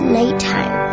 nighttime